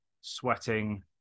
sweating